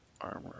armor